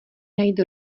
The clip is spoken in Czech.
najít